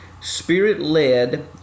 spirit-led